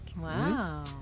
Wow